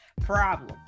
problem